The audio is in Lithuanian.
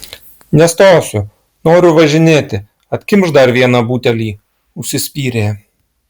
nestosiu noriu važinėti atkimšk dar vieną butelį užsispyrė